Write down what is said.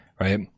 right